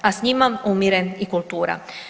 A s njima umire i kultura.